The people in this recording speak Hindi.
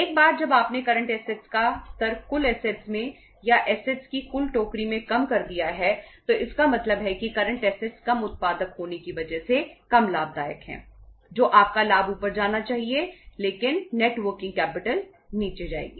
एक बार जब आपने करंट ऐसेटस नीचे जाएगी